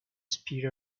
spear